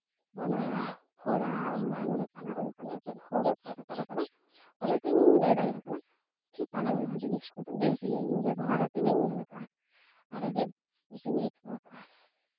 ᱚᱱᱟ ᱯᱷᱚᱲᱟ ᱮᱢᱟᱱ ᱞᱮᱠᱟᱱᱟᱜ ᱚᱝᱠᱟᱱᱟᱜ ᱪᱮᱫ ᱦᱚᱸᱜᱮ ᱚᱱᱠᱟᱱᱟᱜ ᱵᱟᱭ ᱨᱟᱠᱟᱵ ᱟᱠᱟᱱᱟ ᱚᱱᱟ ᱛᱮ ᱤᱧᱤᱧ ᱞᱟᱹᱭ ᱫᱟᱲᱮᱭᱟᱜ ᱠᱟᱱᱟ ᱠᱤ ᱯᱟᱞᱮᱱ ᱱᱚᱣᱟ ᱡᱤᱱᱤᱥ ᱠᱚᱫᱚ ᱵᱮᱥ ᱜᱮᱭᱟ ᱤᱧ ᱵᱮᱵᱚᱦᱟᱨ ᱠᱟᱛᱤᱧ ᱧᱮᱞᱟᱠᱟᱜᱼᱟ ᱟᱨ ᱟᱹᱰᱤ ᱠᱩᱥᱤᱧ ᱟᱹᱭᱠᱟᱹᱣᱟᱠᱟᱫᱼᱟ